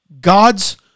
god's